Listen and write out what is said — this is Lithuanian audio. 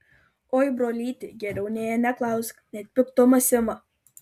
oi brolyti geriau nė neklausk net piktumas ima